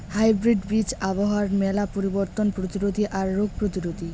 hybrid বীজ আবহাওয়ার মেলা পরিবর্তন প্রতিরোধী আর রোগ প্রতিরোধী